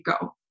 go